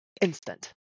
instant